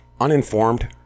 uninformed